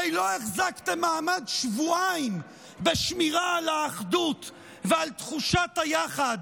הרי לא החזקתם מעמד שבועיים בשמירה על האחדות ועל תחושת היחד,